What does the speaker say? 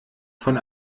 von